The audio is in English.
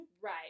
Right